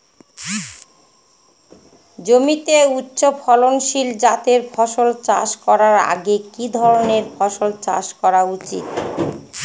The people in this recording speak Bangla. জমিতে উচ্চফলনশীল জাতের ফসল চাষ করার আগে কি ধরণের ফসল চাষ করা উচিৎ?